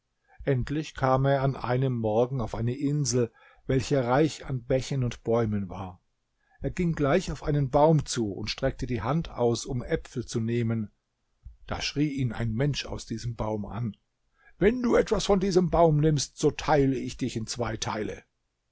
endlich kam er an einem morgen auf eine insel welche reich an bächen und bäumen war er ging gleich auf einen baum zu und streckte die hand aus um äpfel zu nehmen da schrie ihn ein mensch aus diesem baum an wenn du etwas von diesem baum nimmst so teile ich dich in zwei teile